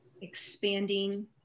expanding